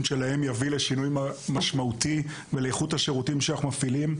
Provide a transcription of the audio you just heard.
שלהם יביא לשינוי משמעותי ולאיכות השירותים שאנחנו מפעילים: